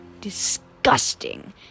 disgusting